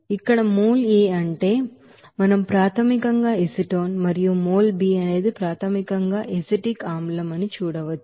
ఇక్కడ mol A అంటే ఇక్కడ మనం ప్రాథమికంగా ఎసిటోన్ మరియు mol B అనేది ప్రాథమికంగా ఎసిటిక్ ఆమ్లం అని చూస్తాము